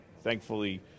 thankfully